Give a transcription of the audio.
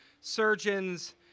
surgeons